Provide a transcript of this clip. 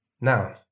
now